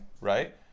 right